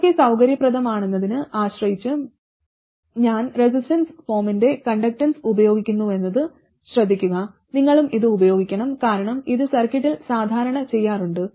ഏതൊക്കെ സൌകര്യപ്രദമാണെന്നതിനെ ആശ്രയിച്ച് ഞാൻ റെസിസ്റ്റൻസ് ഫോമിന്റെ കണ്ടക്റ്റൻസ് ഉപയോഗിക്കുന്നുവെന്നത് ശ്രദ്ധിക്കുക നിങ്ങളും ഇത് ഉപയോഗിക്കണം കാരണം ഇത് സർക്യൂട്ടുകളിൽ സാധാരണ ചെയ്യാറുണ്ട്